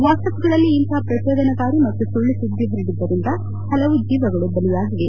ವಾಟ್ವಪ್ಗಳಲ್ಲಿ ಇಂತಹ ಪ್ರಚೋದನಕಾರಿ ಮತ್ತು ಸುಳ್ನು ಸುದ್ದಿ ಪರಡಿದ್ದರಿಂದ ಹಲವು ಜೀವಗಳು ಬಲಿಯಾಗಿವೆ